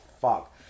fuck